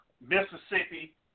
Mississippi